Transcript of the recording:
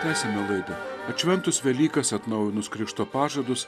tęsiame laidą atšventus velykas atnaujinus krikšto pažadus